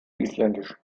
isländisch